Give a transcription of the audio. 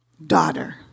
daughter